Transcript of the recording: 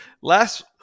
last